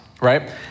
Right